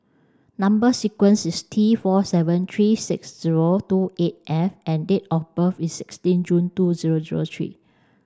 number sequence is T four seven three six zero two eight F and date of birth is sixteen June two zero zero three